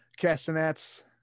Castanets